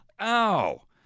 Ow